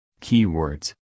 Keywords